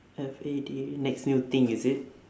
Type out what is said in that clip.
F A D next new thing is it